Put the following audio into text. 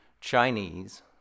Chinese